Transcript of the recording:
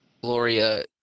Gloria